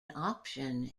option